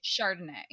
Chardonnay